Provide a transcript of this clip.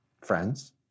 friends